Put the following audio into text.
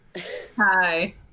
hi